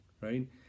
right